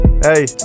Hey